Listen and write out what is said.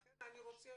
לכן אני רוצה